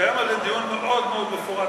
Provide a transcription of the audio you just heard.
שהתקיים על זה דיון מאוד מאוד מפורט,